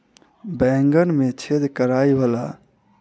बैंगन मे छेद कराए वला कीड़ा केँ लेल केँ कुन दवाई आ कतेक मात्रा मे देल जाए?